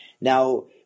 Now